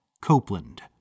Copeland